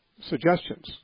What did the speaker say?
suggestions